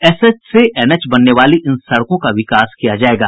SH से NH बनने वाली इन सड़कों का विकास किया जायेगा